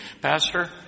Pastor